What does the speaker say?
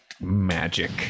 magic